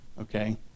okay